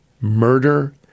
murder